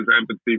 empathy